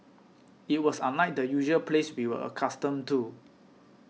it was unlike the usual peace we were accustomed to